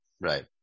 Right